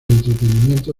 entretenimiento